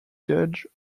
judge